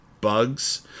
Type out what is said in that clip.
Bugs